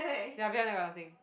ya behind there got nothing